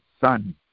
Son